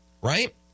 right